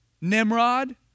Nimrod